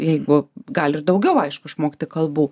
jeigu gali ir daugiau aišku išmokti kalbų